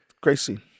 Gracie